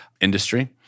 industry